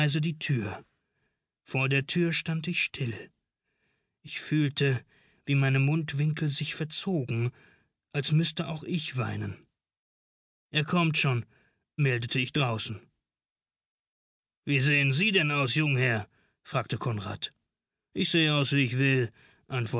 die tür vor der tür stand ich still ich fühlte wie meine mundwinkel sich verzogen als müßte auch ich weinen er kommt schon meldete ich draußen wie sehen sie denn aus jungherr fragte konrad ich sehe aus wie ich will